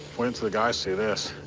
wait until the guys see this.